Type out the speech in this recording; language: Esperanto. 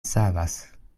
savas